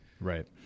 Right